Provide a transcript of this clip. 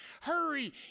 Hurry